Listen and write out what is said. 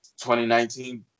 2019